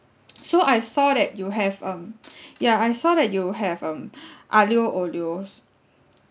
so I saw it you have um ya I saw that you have um aglio olios